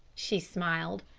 she smiled.